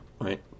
right